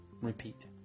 repeat